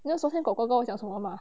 那昨天 kor kor 跟我讲什么吗